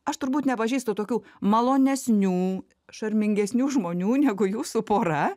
aš turbūt nepažįstu tokių malonesnių šarmingesnių žmonių negu jūsų pora